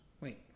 wait